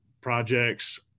projects